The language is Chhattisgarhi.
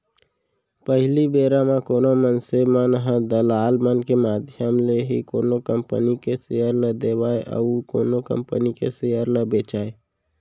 पहिली बेरा म कोनो मनसे मन ह दलाल मन के माधियम ले ही कोनो कंपनी के सेयर ल लेवय अउ कोनो कंपनी के सेयर ल बेंचय